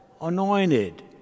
anointed